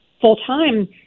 full-time